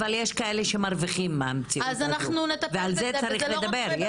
אבל יש כאלה שמרוויחים מהמציאות הזו ועל זה צריך לדבר.